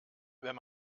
wenn